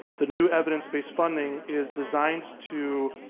the new evidence-based funding is designed to